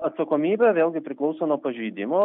atsakomybė vėlgi priklauso nuo pažeidimo